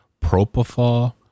propofol